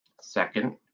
Second